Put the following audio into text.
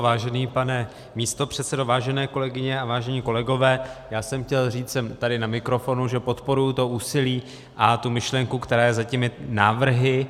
Vážený pane místopředsedo, vážené kolegyně, vážení kolegové, chtěl jsem říct tady na mikrofon, že podporuji to úsilí a tu myšlenku, která je za těmi návrhy.